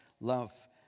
love